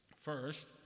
First